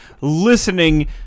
listening